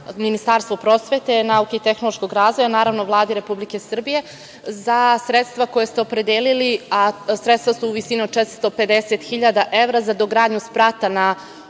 Ministarstvu prosvete, nauke i tehnološkog razvoja, naravno Vladi Republike Srbije za sredstva koja ste opredelili, a sredstva su u visini od 450.000 evra, za dogradnju sprata na